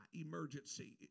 emergency